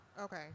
Okay